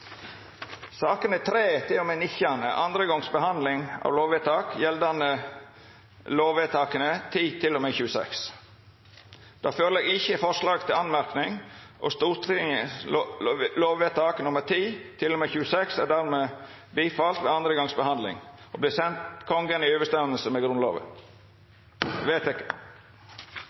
Sakene nr. 3–19 er andre gongs behandling av lovsaker og gjeld lovvedtaka 10 til og med 26. Det ligg ikkje føre nokon forslag til merknader. Stortingets lovvedtak er dermed vedtekne ved andre gongs behandling og vert å senda Kongen i samsvar med